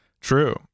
True